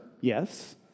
yes